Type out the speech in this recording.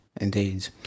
Indeed